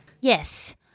Yes